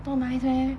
not nice meh